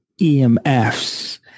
EMFs